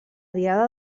diada